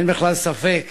אין בכלל ספק